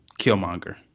Killmonger